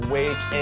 Wake